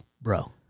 Bro